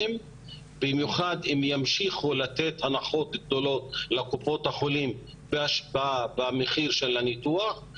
במיוחד אם ימשיכו לתת הנחות גדולות לקופות החולים ממחיר הניתוח.